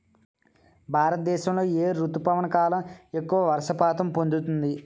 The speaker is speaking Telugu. భారతదేశంలో ఏ రుతుపవన కాలం ఎక్కువ వర్షపాతం పొందుతుంది?